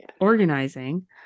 organizing